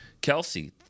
Kelsey